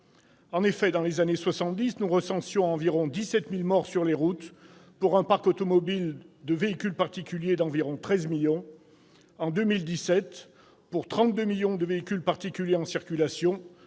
En effet, dans les années 1970, nous recensions environ 17 000 morts sur les routes pour un parc automobile d'environ 13 millions de véhicules particuliers. En 2017, pour 32 millions de véhicules particuliers en circulation,